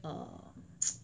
er